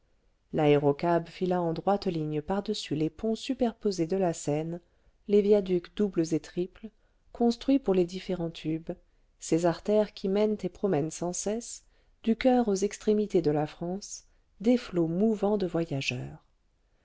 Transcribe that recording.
l'aérocab fila en droite ligne par-dessus les ponts superposés de la seine les viaducs doubles et triples construits pour les différents tubes ces artères qui mènent et promènent sans cesse du coeur aux extrémités de la france des flots mouvants de voyageurs